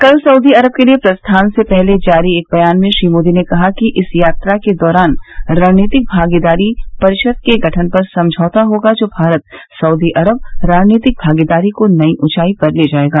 कल सऊदी अरब के लिए प्रस्थान से पहले जारी बयान में श्री मोदी ने कहा कि इस यात्रा के दौरान रणनीतिक भागीदारी परिषद के गठन पर समझौता होगा जो भारत सऊदी अरब रणनीतिक भागीदारी को नई ऊंचाई पर ले जाएगा